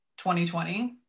2020